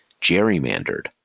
gerrymandered